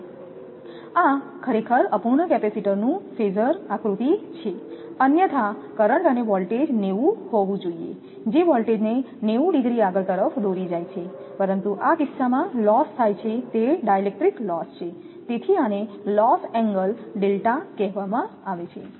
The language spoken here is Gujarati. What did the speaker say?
આ ખરેખર અપૂર્ણ કેપેસિટરનું ફેસોર આકૃતિ છે અન્યથા કરંટ અને વોલ્ટેજ 90 હોવું જોઈએ જે વોલ્ટેજને 90 ° આગળ તરફ દોરી જાય છે પરંતુ આ કિસ્સામાં લોસ થાય છે તે ડાઇલેક્ટ્રિક લોસ છે તેથી આને લોસ એંગલ ડેલ્ટા કહેવામાં આવે છે